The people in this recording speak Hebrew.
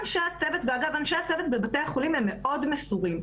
אנשי הצוות בבתי החולים הם מאוד מסורים,